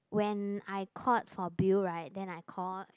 when I called for bill right then I call